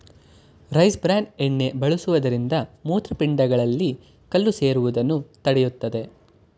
rice bran ಎಣ್ಣೆ ಬಳಸುವುದರಿಂದ ಮೂತ್ರಪಿಂಡಗಳಲ್ಲಿ ಕಲ್ಲು ಸೇರುವುದನ್ನು ತಡೆಯುತ್ತದೆ